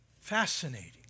Fascinating